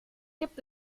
gibt